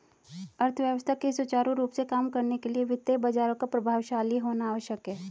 अर्थव्यवस्था के सुचारू रूप से काम करने के लिए वित्तीय बाजारों का प्रभावशाली होना आवश्यक है